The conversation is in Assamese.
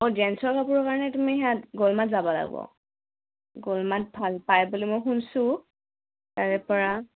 অঁ জেন্ছৰ কাপোৰৰ কাৰণে তুমি সেয়াত গ'লমাত যাব লাগিব গ'লমাত ভাল পায় বুলি মই শুনিছোঁ তাৰে পৰা